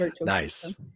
Nice